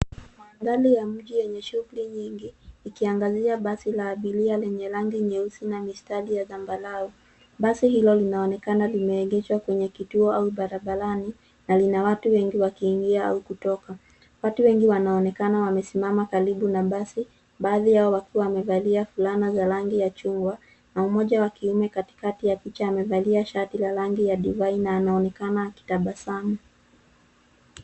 Mandhari ya mji wenye shughuli nyingi ikiangazia basi la abiria lenye rangi nyeusi na mistari ya zambarau. Basi hilo linaonekana limeegeshwa kwenye kituo au barabarani na lina watu wengi wakiingia au kutoka. Watu wengi wanaonekana wamesimama karibu na basi, baadhi yao wakiwa wamevalia fulana za rangi ya chungwa. Kuna mmoja wa kiume katikati ya picha amevalia la rangi ya divai na anaonekana akitabasamu.